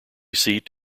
seat